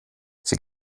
sie